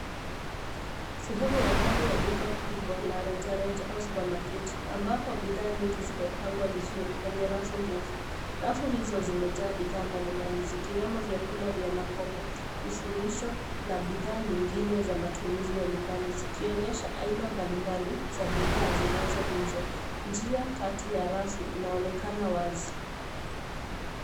Sehemu ya ndani ya duka kubwa la rejareja au supamaketi, ambapo bidhaa nyingi zimepangwa vizuri, kwenye rafu ndefu. Rafu hizo zimejaa bidhaa mbalimbali zikiwemo vyakula vya makoko, vifurisho na bidhaa nyingine za matumizi ya nyumbani. Zikionyesha aina mbalimbali za bidhaa zinazouzwa. Njia kati ya rafu inaonekana wazi.